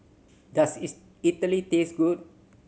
does it Idili taste good